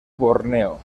borneo